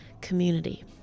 community